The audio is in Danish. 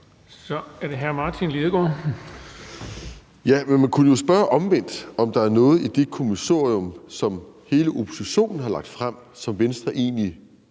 Kl. 17:15 Martin Lidegaard (RV): Ja, men man kunne jo spørge omvendt, om der er noget i det kommissorium, som hele oppositionen har lagt frem, som Venstre egentlig